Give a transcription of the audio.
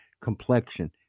complexion